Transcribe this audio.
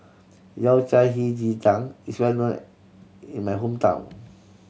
Yao Cai Hei Ji Tang is well known in my hometown